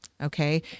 okay